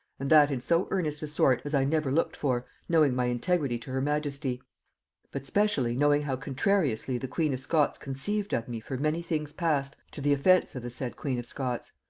and that in so earnest a sort as i never looked for, knowing my integrity to her majesty but, specially, knowing how contrariously the queen of scots conceived of me for many things past to the offence of the said queen of scots.